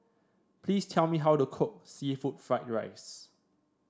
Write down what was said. please tell me how to cook seafood Fried Rice